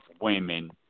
women